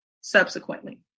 subsequently